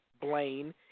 Blaine